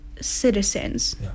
citizens